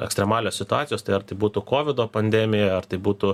ekstremalios situacijos ar tai būtų kovido pandemija ar tai būtų